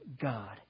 God